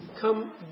come